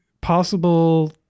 possible